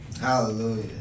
Hallelujah